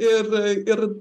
ir ir